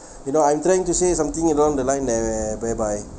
you know I'm trying to say something along the line there whereby